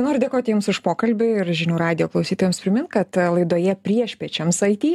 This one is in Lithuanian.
noriu dėkoti jums už pokalbį ir žinių radijo klausytojams primint kad laidoje priešpiečiams aity